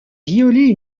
violer